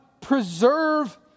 preserve